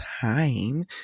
time